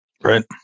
Right